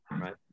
right